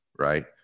right